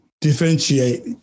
differentiate